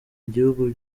igihugu